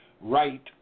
right